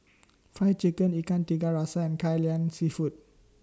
Fried Chicken Ikan Tiga Rasa and Kai Lan Seafood